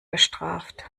bestraft